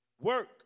Work